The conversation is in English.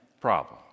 problem